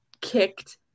kicked